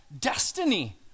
destiny